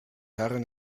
herren